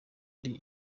ari